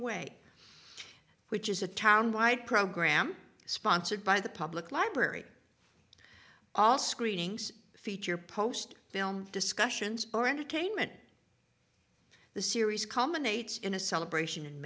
a way which is a town wide program sponsored by the public library all screenings feature post film discussions or entertainment the series culminates in a celebration in